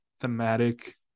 thematic